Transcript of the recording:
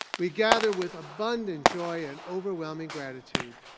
we gather with abundant joy and overwhelming gratitude.